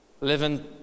living